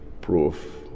proof